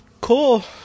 cool